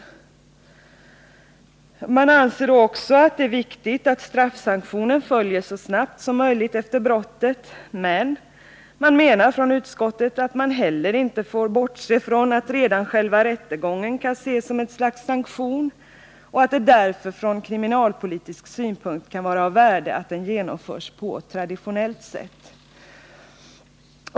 Utskottet anser också att det är viktigt att straffsanktionen följer så snabbt som möjligt efter brottet, men menar att man heller inte får bortse från att redan själva rättegången kan ses som ett slags sanktion och att det därför från kriminalpolitisk synpunkt kan vara av värde att den genomförs på traditionellt sätt.